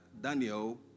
daniel